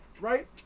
right